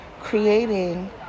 creating